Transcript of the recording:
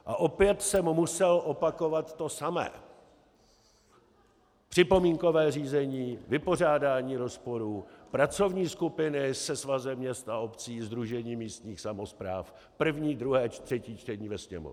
A opět jsem musel opakovat to samé: připomínkové řízení, vypořádání rozporů, pracovní skupiny se Svazem měst a obcí, Sdružení místních samospráv, první, druhé až třetí čtení ve Sněmovně.